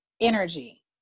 energy